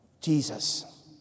Jesus